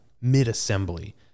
mid-assembly